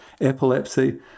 epilepsy